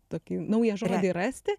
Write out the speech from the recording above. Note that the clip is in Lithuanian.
tokį naują žodį rasti